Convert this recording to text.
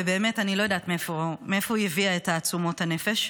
ובאמת אני לא יודעת מאיפה היא הביאה את תעצומות הנפש.